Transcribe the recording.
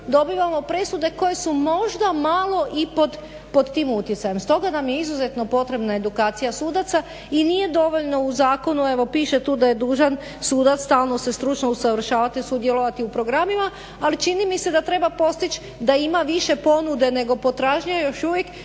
dobivamo presude koje su možda malo i pod tim utjecajem. Stoga nam je izuzetno potrebna edukacija sudaca i nije dovoljno u zakonu. Evo piše tu da je dužan sudac stalno se stručno usavršavati, sudjelovati u programima ali čini mi se da treba postići da ima više ponude nego potražnje još uvijek